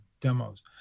demos